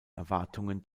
erwartungen